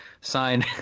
signed